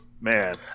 Man